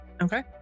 okay